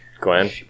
Gwen